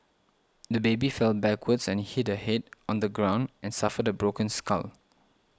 the baby fell backwards and hit her head on the ground and suffered a broken skull